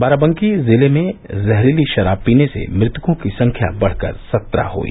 बाराबंकी जिले में जहरीली शराब पीने से मृतकों की संख्या बढ़ कर सत्रह हुई